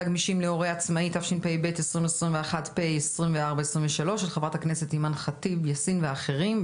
גמישים להורה עצמאי) התשפ"ב-2021 פ/2423 של ח"כ אימאן ח'טיב יאסין ואחרים,